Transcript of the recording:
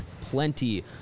plenty